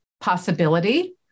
possibility